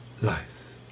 life